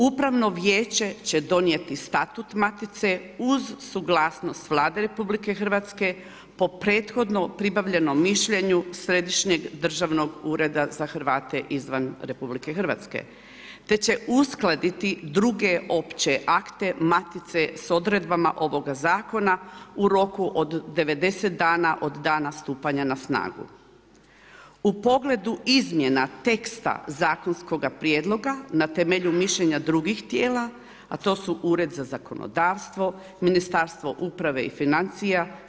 Upravno vijeće će donijeti statut matice uz suglasnost Vlade RH po prethodno pribavljenom mišljenju Središnjeg državnog ureda za Hrvate izvan RH te će uskladiti druge opće akte matice s odredbama ovoga zakona u roku od 90 dana od dana stupanja na snagu u pogledu izmjena teksta zakonskoga prijedloga na temelju mišljenja drugih tijela, a to su Ured za zakonodavstvo, Ministarstvo uprave i financija.